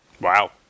Wow